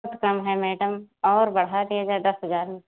तो कम है मैडम और बढ़ा दिया जाए दस हज़ार में क्या